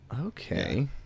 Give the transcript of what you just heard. okay